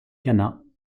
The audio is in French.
khanat